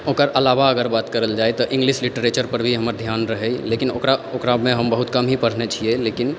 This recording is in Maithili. ओकर अलावा अगर बात करल जाय तऽ इंग्लिश लिटरेचर पर भी हमर ध्यान रहय लेकिन ओकरामे हम बहुत कम ही पढ़ने छियै लेकिन